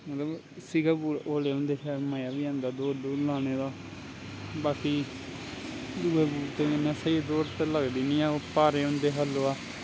मतलव सिगा होले होंदे शैल मज़ा बी औंदा दौड़ दूड़ लानें दा बाकी दुए बूटें कन्नैा स्हेई दौड़ ते लगदी नी ऐ भारे होंदे थल्ले दा